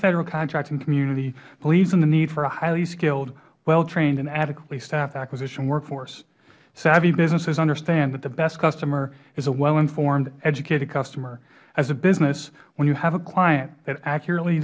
federal contracting community believes in the need for a highly skilled well trained and adequately staffed acquisition workforce savvy businesses understand that the best customer is a well informed educated customer as a business when you have a client that accurately